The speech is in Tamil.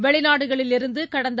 வெளிநாடுகளிலிருந்து கடந்த